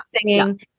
singing